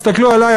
תסתכלו עלי,